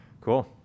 Cool